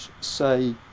say